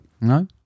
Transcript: No